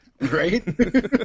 Right